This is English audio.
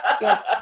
yes